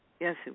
Yes